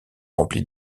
remplies